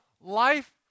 life